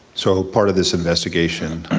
so part of this investigation,